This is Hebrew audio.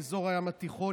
באזור הים התיכון,